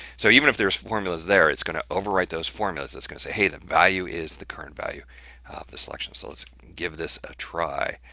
so even if there's formulas there. it's going to overwrite those formulas. that's going to say hey that value is the current value of the selection, so let's give this a try.